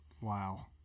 Wow